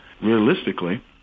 realistically